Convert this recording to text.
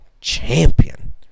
champion